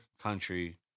country